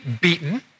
beaten